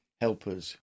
helpers